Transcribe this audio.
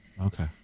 okay